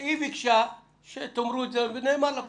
זה נאמר לפרוטוקול.